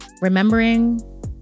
remembering